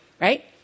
Right